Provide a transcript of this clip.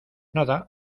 nada